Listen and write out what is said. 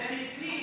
זה מקרים.